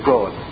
God